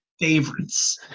favorites